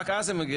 ורק אז זה מגיע.